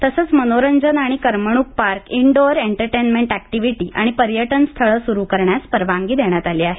तसंच मनोरंजन आणि करमणूक पार्क इंडोअर एंटरटेनमेंट ऍक्टिव्हिटी आणि पर्यटन स्थळं सुरु करण्यास परवानगी देण्यात आली आहे